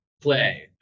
play